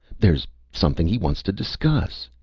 there's something he wants to discuss!